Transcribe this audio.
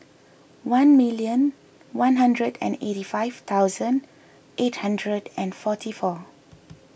one million one hundred and eighty five thousand eight hundred and forty four